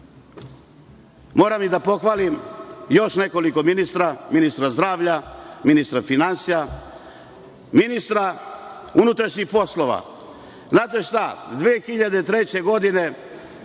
i da pohvalim još nekoliko ministara. Ministra zdravlja, ministra finansija, ministra unutrašnjih poslova. Znate šta, 2003. godine